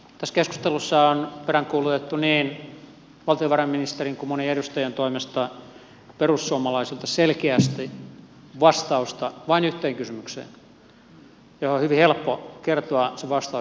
tässä keskustelussa on peräänkuulutettu niin valtiovarainministerin kuin monen edustajankin toimesta perussuomalaisilta selkeästi vastausta vain yhteen kysymykseen johon on hyvin helppo kertoa se vastaus jos se on olemassa